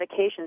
medications